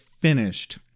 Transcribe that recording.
finished